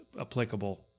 applicable